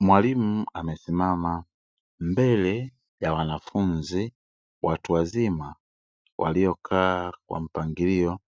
Mwalimu amesimama mbele ya wanafunzi watu wazima waliokaa kwa mpangilio